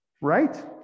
Right